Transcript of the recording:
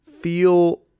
feel